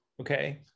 Okay